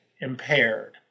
impaired